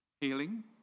Healing